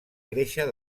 créixer